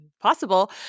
possible